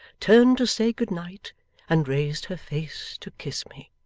turned to say good night and raised her face to kiss me.